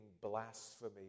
blasphemy